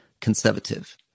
Conservative